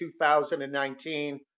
2019